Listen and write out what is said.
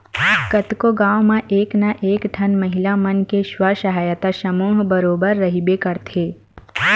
कतको गाँव म एक ना एक ठन महिला मन के स्व सहायता समूह बरोबर रहिबे करथे